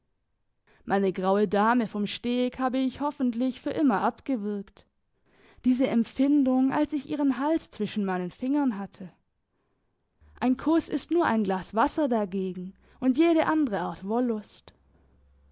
meine graue dame vom steg habe ich hoffentlich für immer abgewürgt diese empfindung als ich ihren hals zwischen meinen fingern hatte ein kuss ist nur ein glas wasser dagegen und jede andere art wollust